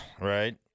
right